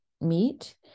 meet